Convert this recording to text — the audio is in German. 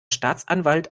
staatsanwalt